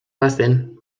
bazen